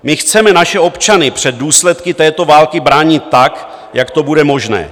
My chceme naše občany před důsledky této války bránit tak, jak to bude možné.